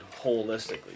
holistically